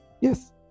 yes